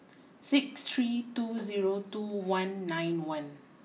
six three two zero two one nine one